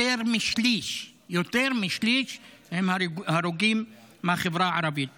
יותר משליש, יותר משליש הם הרוגים מהחברה הערבית.